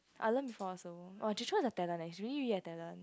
I learn before also !wah! Jay-Chou is a talent eh really really a talent